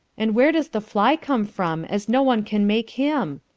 and where does the fly come from, as no one can make him?